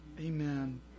Amen